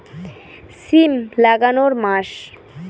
সিম লাগানোর মাস?